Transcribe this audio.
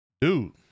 dude